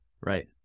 Right